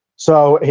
so,